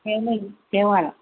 మేము దేవాడ